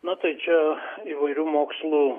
na tai čia įvairių mokslų